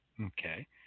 Okay